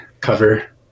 cover